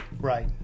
Right